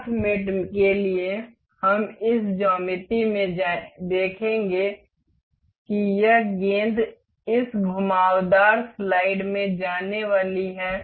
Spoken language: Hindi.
पाथ मेट के लिए हम इस ज्यामिति में देखेंगे कि यह गेंद इस घुमावदार स्लाइड में जाने वाली है